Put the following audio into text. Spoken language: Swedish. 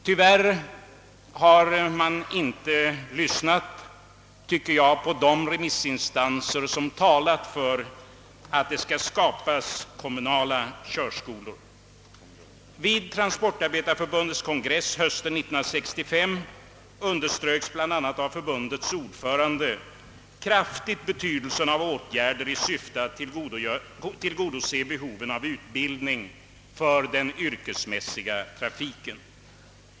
Tyvärr har man, tycker jag, inte lyssnat på de remissinstanser som talat för att det skall skapas kommunala körskolor. Vid transportarbetareförbundets kongress hösten 1965 underströks bl.a. av förbundsordföranden kraftigt betydelsen av åtgärder i syfte att tillgodose behovet av utbildning för den yrkesmässiga trafiken.